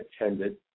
attended